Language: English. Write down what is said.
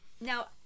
Now